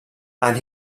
and